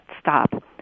stop